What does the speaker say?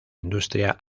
industria